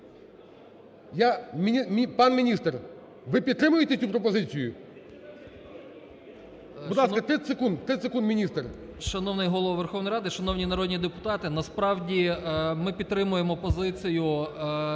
Пан міністр, ви підтримуєте цю пропозицію? Будь ласка, 30 секунд, 30 секунд, міністр. 17:38:07 СЕМЕРАК О.М. Шановний голово Верховна Ради, шановні народні депутати, насправді ми підтримуємо позицію